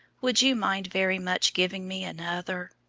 would you mind very much giving me another?